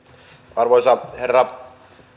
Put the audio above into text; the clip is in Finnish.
arvoisa herra